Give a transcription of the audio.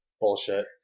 bullshit